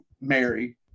Mary